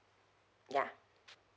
yeah